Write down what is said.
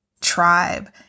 tribe